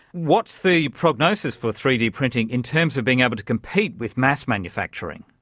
what's the prognosis for three d printing in terms of being able to compete with mass manufacturing?